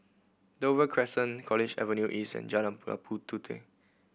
Dover Crescent College Avenue East and Jalan Labu Puteh